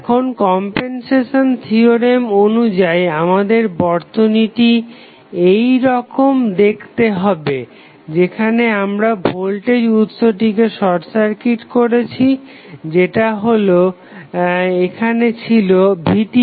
এখন compensation theorem অনুযায়ী আমাদের বর্তনীটি এইরকম দেখতে হবে যেখানে আমরা ভোল্টেজ উতসতিকে শর্ট সার্কিট করেছি যেটা এখানে ছিলো VTh